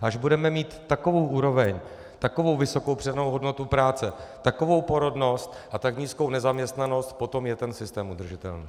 Až budeme mít takovou úroveň, takovou vysokou přidanou hodnotu práce, takovou porodnost a tak nízkou nezaměstnanost, potom je ten systém udržitelný.